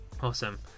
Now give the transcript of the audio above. Awesome